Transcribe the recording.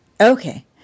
Okay